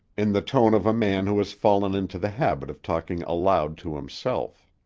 in the tone of a man who has fallen into the habit of talking aloud to himself.